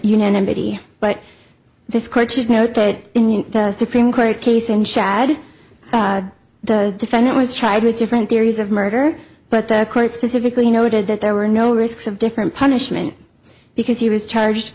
nobody but this court should note that in the supreme court case in chad the defendant was tried with different theories of murder but the court specifically noted that there were no risks of different punishment because he was charged